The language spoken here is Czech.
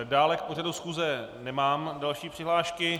Dále k pořadu schůze nemám další přihlášky.